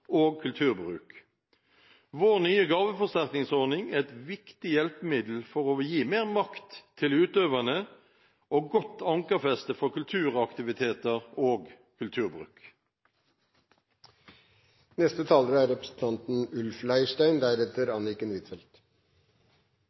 og kulturbruk. Vår nye gaveforsterkingsordning er et viktig hjelpemiddel for å gi mer makt til utøverne og godt ankerfeste for kulturaktiviteter og kulturbruk. Det er